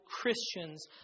Christians